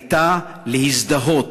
הייתה להזדהות,